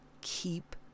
keep